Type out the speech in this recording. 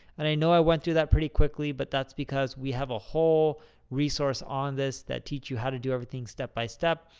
and i know i went through that pretty quickly, but that's because we have a whole resource on this that teach you how to do everything step-by-step,